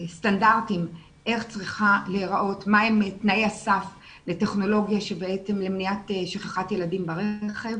סטנדרטים מה הם תנאי הסף לטכנולוגיה של מניעת שכחת ילדים ברכב.